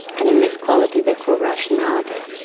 and in this quality they call rationality.